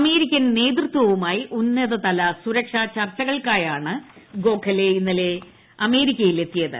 American നേതൃത്വവുമായി ഉന്നതതല സുരക്ഷാ ചർച്ചകൾക്കായാണ് ഗോഖലെ ഇന്നലെ അമേരിക്കയിലെത്തിയത്